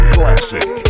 Classic